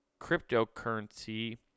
cryptocurrency